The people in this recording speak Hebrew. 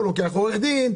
הוא לוקח עורך דין,